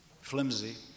flimsy